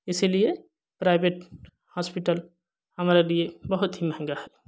इसीलिए private hospital हमारे लिए बहुत ही महंगा है